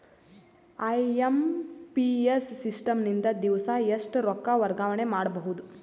IMPS system ನಿಂದ ದಿವಸಾ ಎಷ್ಟ ರೊಕ್ಕ ವರ್ಗಾವಣೆ ಮಾಡಬಹುದು?